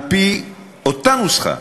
על-פי אותה נוסחה,